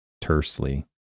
tersely